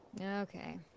Okay